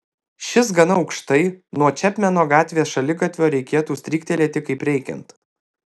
šis gana aukštai nuo čepmeno gatvės šaligatvio reikėtų stryktelėti kaip reikiant